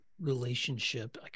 relationship